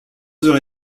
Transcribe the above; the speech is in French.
heures